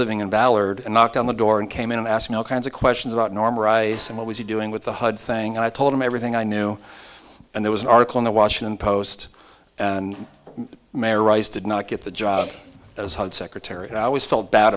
living in ballard and knocked on the door and came in and asked no kinds of questions about norm rice and what was he doing with the hud thing i told him everything i knew and there was an article in the washington post and mayor rice did not get the job as hud secretary and i always felt bad